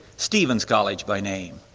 stephens college by name.